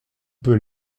peut